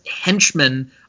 henchmen